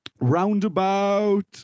roundabout